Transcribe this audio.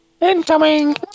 Incoming